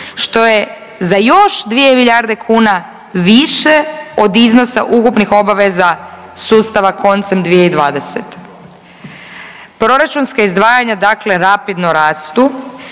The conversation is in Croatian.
što je za još 2 milijarde kuna više od iznosa ukupnih obaveza sustava koncem 2020. Proračunska izdvajanja, dakle rapidno rastu,